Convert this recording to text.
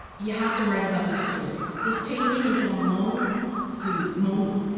you have to write about this story. this painting is on loan to moma,